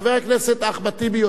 חבר הכנסת אחמד טיבי,